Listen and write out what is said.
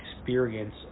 experience